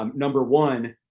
um number one,